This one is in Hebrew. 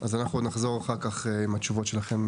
אנחנו עוד נחזור אחר-כך עם התשובות שלכם,